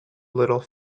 little